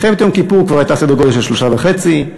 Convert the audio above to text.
במלחמת יום כיפור כבר היינו בסדר גודל של 3.5 מיליון,